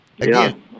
Again